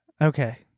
Okay